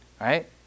right